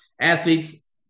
athletes